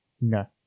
No